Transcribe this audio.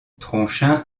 tronchin